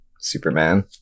Superman